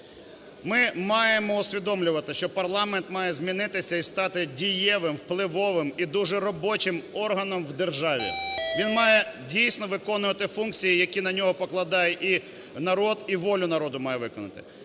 Ми маємо усвідомлювати, що парламент має змінитися і стати дієвим, впливовим і дуже робочим органом в державі. Він має дійсно виконувати функції, які на нього покладає і народ, і волю народу має виконати.